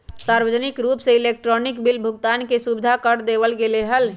सार्वजनिक रूप से इलेक्ट्रॉनिक बिल भुगतान के सुविधा कर देवल गैले है